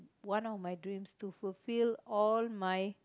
one of my dreams to fulfill all my